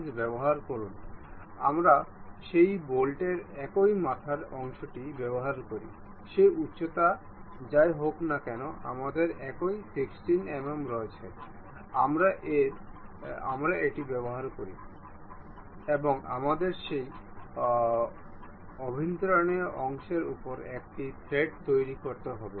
আসুন আমরা এগুলিকে একে অপরের উপর ট্যান্জেন্ট হিসাবে তৈরি করি আমরা উপাদানগুলি সন্নিবেশ করতে এবং কিছু অংশ নির্বাচন করতে যাব